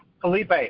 Felipe